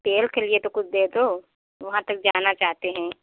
तेल के लिए तो कुछ दे दो वहाँ तक जाना चाहते हैं